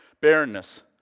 Barrenness